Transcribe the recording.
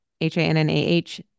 H-A-N-N-A-H